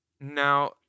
Now